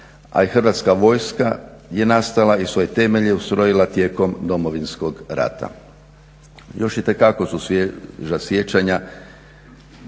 a i Hrvatska vojska je nastala i svoje temelje ustrojila tijekom Domovinskog rata. Još itekako su svježa